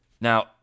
Now